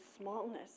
smallness